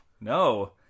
No